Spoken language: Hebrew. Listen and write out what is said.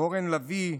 אורן לביא,